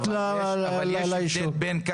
אנחנו בדיוק דיברנו ביננו שהיית ראש עיר טוב.